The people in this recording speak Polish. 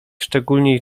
szczególniej